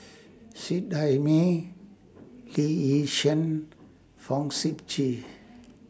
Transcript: Seet Ai Mee Lee Yi Shyan Fong Sip Chee